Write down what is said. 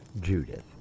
judith